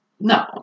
No